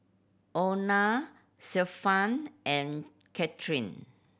Ona Stefan and Cathryn